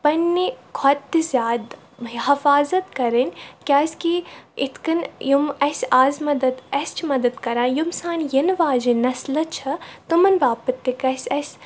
پنٛنہِ کھۄتہٕ تہِ زیادٕ حَفاظت کَرٕنۍ کیٛازِکہِ اِتھ کٔنۍ یِم اَسہِ آز مَدَت اَسہِ چھِ مَدَت کَران یِم سانہِ یِنہٕ واجن نَسلہٕ چھےٚ تمَن باپَتھ تہِ گژھِ اَسہِ